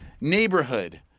neighborhood